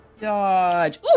Dodge